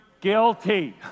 guilty